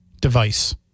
device